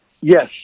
Yes